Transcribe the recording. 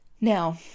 now